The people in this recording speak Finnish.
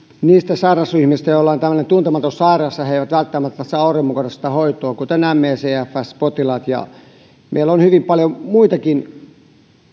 niistä sairasryhmistä joilla on tämmöinen tuntematon sairaus ja että he eivät välttämättä saa oikeudenmukaista hoitoa kuten me cfs potilaat meillä on hyvin paljon muitakin